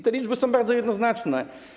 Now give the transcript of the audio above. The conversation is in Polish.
Te liczby są bardzo jednoznaczne.